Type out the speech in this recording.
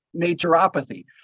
naturopathy